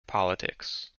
politics